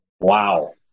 Wow